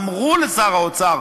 אמרו לשר האוצר: